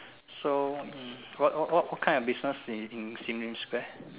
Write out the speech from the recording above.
so what what what kind of business in Sim Lim Square